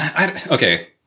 okay